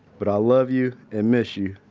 but i love you and miss you.